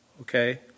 Okay